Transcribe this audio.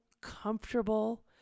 comfortable